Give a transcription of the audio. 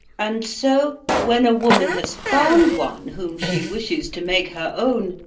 and so, when a woman has found one whom she wishes to make her own,